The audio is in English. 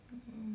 mm